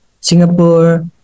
Singapore